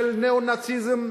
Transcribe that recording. של ניאו-נאציזם.